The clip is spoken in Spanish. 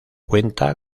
cuenta